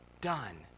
done